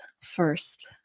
first